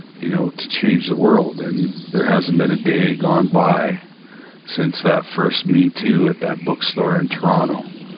you know to change the world, and there hasn't been a day gone by since that first me too at that bookstore in toronto,